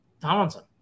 Tomlinson